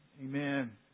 Amen